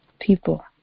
people